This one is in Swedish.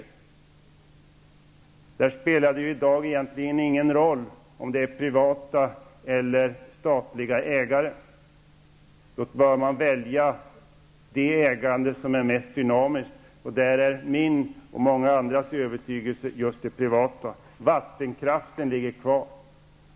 I dag spelar det egentligen inte någon roll om det är privat eller statligt ägande. Mot den bakgrunden bör man välja det ägande som är mest dynamiskt. Det är min, och många har samma uppfattning som jag, övertygelse att det är just det privata ägandet som gäller i det sammanhanget. Vattenkraften liger också kvar.